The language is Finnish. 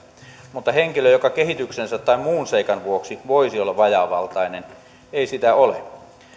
mutta ei henkilön kohdalla joka kehityksensä tai muun seikan vuoksi voisi olla vajaavaltainen mutta ei sitä ole